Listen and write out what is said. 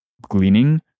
gleaning